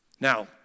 Now